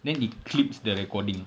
then it clips the recording